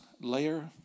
layer